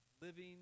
living